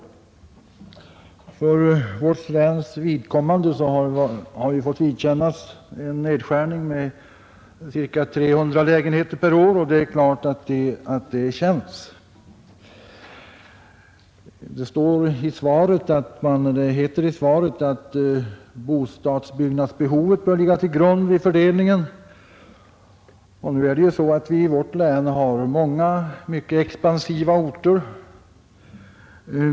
Vi har för vårt läns vidkommande fått vidkännas en nedskärning med ca 300 lägenheter per år, och det är klart att detta känns. Det heter i svaret att ”bostadsbyggnadsbehovet bör ligga till grund vid fördelningen”. I vårt län har vi många expansiva orter.